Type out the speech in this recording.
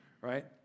right